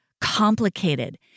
complicated